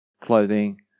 clothing